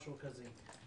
משהו כזה.